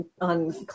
on